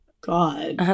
God